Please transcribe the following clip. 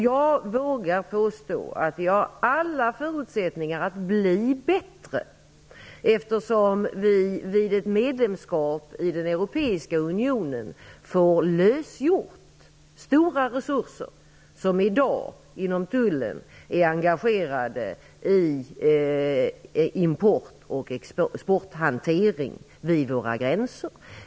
Jag vågar påstå att vi har alla förutsättningar att bli bättre, eftersom vi vid ett medlemskap i den europeiska unionen får lösgjort stora resurser inom Tullen som i dag är engagerade i import och exporthantering vid våra gränser.